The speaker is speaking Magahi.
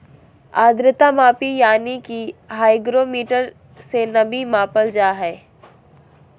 आद्रता मापी यानी कि हाइग्रोमीटर से नमी मापल जा हय